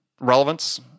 relevance